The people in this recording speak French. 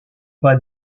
pas